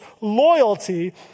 loyalty